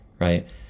right